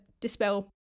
dispel